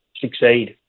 succeed